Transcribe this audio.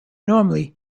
normally